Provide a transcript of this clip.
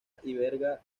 alberga